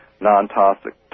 non-toxic